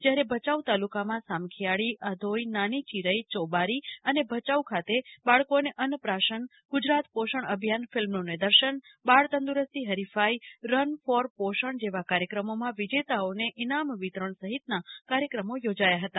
જયારે ભયાઉ તાલુકામાં સામખીયાળી આધોઈ નાની ચીરી યોબારી અને ભયાઉ ખાતે બાળકોને અન્નપ્રાશન ગુજરાત પોષણ અભિયાન ફિલ્મનું નીર્દર્શન બાળતંદુરસ્તી હરીફાઈ રન ફોર પોષણ જેવા કાર્યક્રમોમાં વિજેતાઓને ઇનામ વિતરણ સહિતના કાર્યક્રમો યોજાયા હતા